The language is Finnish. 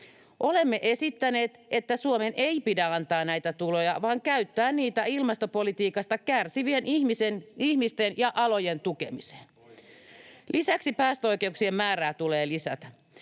Olemme esittäneet, että Suomen ei pidä antaa näitä tuloja, vaan käyttää niitä ilmastopolitiikasta kärsivien ihmisten ja alojen tukemiseen. [Eduskunnasta: Oikein!] Lisäksi päästöoikeuksien määrää tulee lisätä.